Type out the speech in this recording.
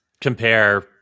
compare